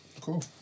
cool